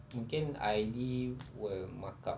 mungkin I_D will markup